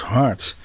Hearts